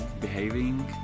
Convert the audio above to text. behaving